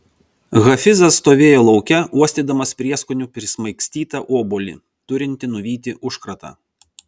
hafizas stovėjo lauke uostydamas prieskonių prismaigstytą obuolį turintį nuvyti užkratą